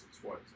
twice